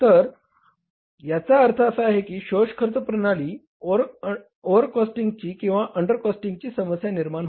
तर याचा अर्थ असा की शोष खर्च प्रणालीमुळे ओव्हरकोस्टिंगची किंवा अंडर कॉस्टिंगची समस्या निर्माण होते